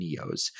NEOs